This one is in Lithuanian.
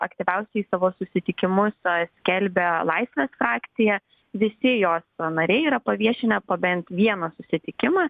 aktyviausiai savo susitikimus skelbia laisvės frakcija visi jos sąnariai yra paviešinę bent vieną susitikimą